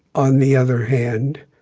on the other hand,